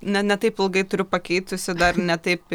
ne ne taip ilgai turiu pakeitusi dar ne taip